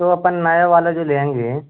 तो अपन नया वाला जो लेंगे